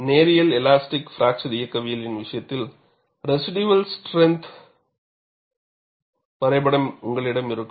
நேரியல் elastic fracture இயக்கவியலின் விஷயத்தில் ரெஷிடுயல் ஸ்ட்ரென்த் வரைபடம் உங்களிடம் இருக்கும்